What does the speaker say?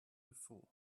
before